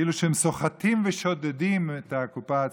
כאילו שהם סוחטים ושודדים את הקופה הציבורית.